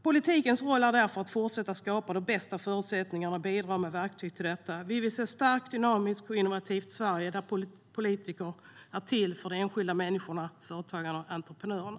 Politikens roll är därför att fortsätta skapa de bästa förutsättningarna och bidra med verktygen till detta. Vi vill se ett starkt, dynamiskt och innovativt Sverige där politiken är till för de enskilda människorna, företagarna och entreprenörerna.